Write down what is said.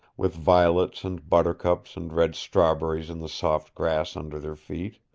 with violets and buttercups and red strawberries in the soft grass under their feet.